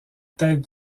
tête